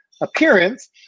appearance